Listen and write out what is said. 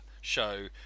show